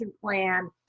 plan